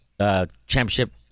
championship